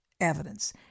evidence